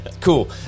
cool